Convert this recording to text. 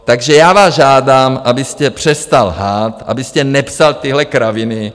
Takže já vás žádám, abyste přestal lhát, abyste nepsal tyhle kraviny.